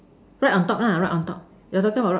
right on top lah right on top you just come alone